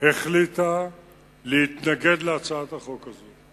החליטה להתנגד להצעת החוק הזאת.